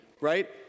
right